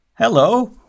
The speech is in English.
Hello